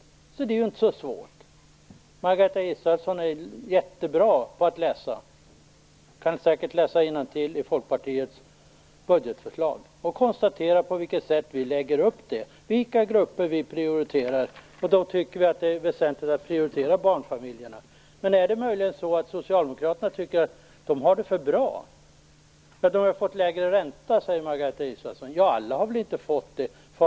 Det är väl inte så svårt att förstå. Margareta Israelsson är ju jättebra på att läsa. Hon kan säkert läsa innantill i Folkpartiets budgetförslag och konstatera på vilket sätt vi lägger upp vår budget, dvs. vilka grupper vi prioriterar. Vi tycker att det är väsentligt att prioritera barnfamiljerna. Tycker möjligen Socialdemokraterna att barnfamiljerna har det för bra? Margareta Israelsson hänvisar till att de har fått lägre ränta, men det har inte alla fått.